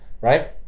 right